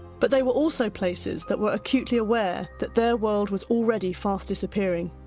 but they were also places that were acutely aware that their world was already fast disappearing.